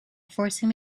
forcing